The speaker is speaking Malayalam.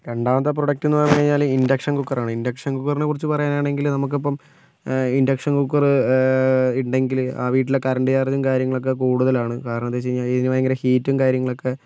രണ്ടാമത്തേ പ്രോഡക്ട് എന്ന് പറഞ്ഞ് കഴിഞ്ഞാൽ ഇൻഡക്ഷൻ കുക്കറാണ് ഇൻഡക്ഷൻ കുക്കറിനെ കുറിച്ച് പറയാനാണെങ്കിൽ നമുക്കിപ്പം ഇൻഡക്ഷൻ കുക്കർ ഉണ്ടെങ്കിൽ ആ വീട്ടിലെ കറന്റ് ചാര്ജും കാര്യങ്ങളൊക്കെ കൂടുതലാണ് കാരണം എന്തെന്ന് വെച്ച് കഴിഞ്ഞാൽ ഇതിനു ഭയങ്കര ഹീറ്റും കാര്യങ്ങളൊക്കെ